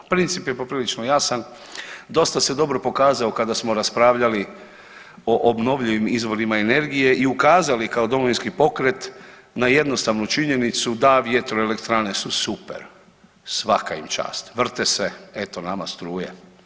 Princip je poprilično jasan dosta se dobro pokazao kada smo raspravljali o obnovljivim izvorima energije i ukazali kao Domovinski pokret na jednostavnu činjenicu da vjetroelektrane su super, svaka im čast, vrte se eto nama struje.